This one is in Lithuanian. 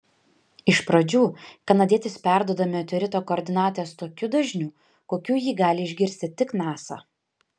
iš pradžių kanadietis perduoda meteorito koordinates tokiu dažniu kokiu jį gali išgirsti tik nasa